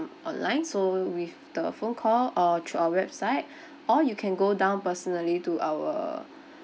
online so with the phone call or through our website or you can go down personally to our